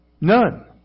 None